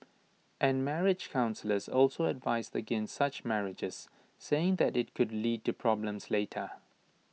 and marriage counsellors also advise against such marriages saying that IT could lead to problems later